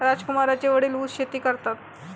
राजकुमारचे वडील ऊस शेती करतात